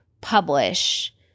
publish